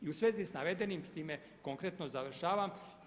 I u svezi sa navedenim s time konkretno završavam.